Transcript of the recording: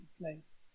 place